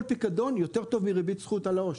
כל פיקדון יותר טוב מריבית זכות על העו"ש.